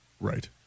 Right